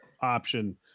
option